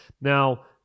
Now